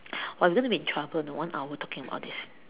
!wah! we are gonna be in trouble you know one hour talking about this